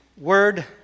word